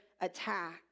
attack